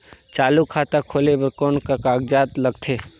चालू खाता खोले बर कौन का कागजात लगथे?